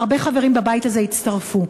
הרבה חברים בבית הזה הצטרפו.